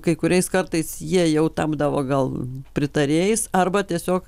kai kuriais kartais jie jau tapdavo gal pritarėjais arba tiesiog